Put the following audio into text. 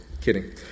Kidding